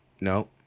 No